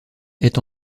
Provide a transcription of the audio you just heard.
est